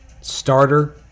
starter